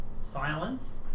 silence